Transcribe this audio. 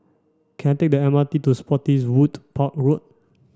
can I take the M R T to Spottiswoode Park Road